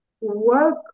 work